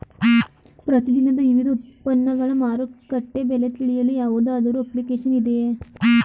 ಪ್ರತಿ ದಿನದ ವಿವಿಧ ಉತ್ಪನ್ನಗಳ ಮಾರುಕಟ್ಟೆ ಬೆಲೆ ತಿಳಿಯಲು ಯಾವುದಾದರು ಅಪ್ಲಿಕೇಶನ್ ಇದೆಯೇ?